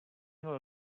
měl